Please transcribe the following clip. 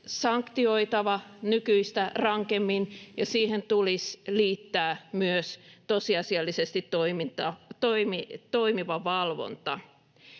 sanktioitava nykyistä rankemmin ja siihen tulisi liittää myös tosiasiallisesti toimiva valvonta.